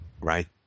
right